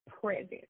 present